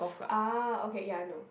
ah okay ya I know